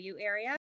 area